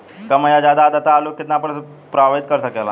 कम या ज्यादा आद्रता आलू के कितना प्रभावित कर सकेला?